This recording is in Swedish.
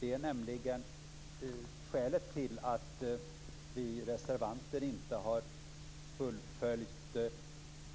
Det är nämligen skälet till att vi reservanter inte har fullföljt det